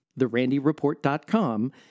therandyreport.com